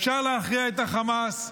אפשר להכריע את החמאס,